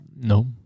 No